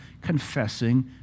confessing